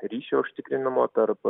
ryšio užtikrinimo tarp